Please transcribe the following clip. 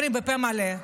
אנחנו אומרים בפה מלא: